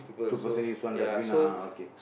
two person use one dustbin ah ah okay